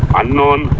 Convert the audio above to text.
unknown